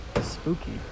Spooky